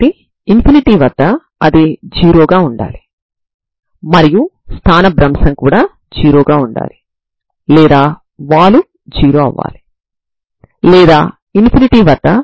inverse Fourier transform లు An అవుతాయి వీటిని మీరు బిందు లబ్దం ద్వారా పొందవచ్చు